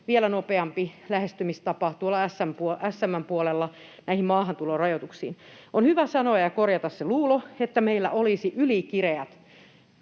vielä nopeampi lähestymistapa tuolla SM:n puolella näihin maahantulon rajoituksiin. On hyvä sanoa ja korjata se luulo, että meillä olisi ylikireät